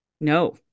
No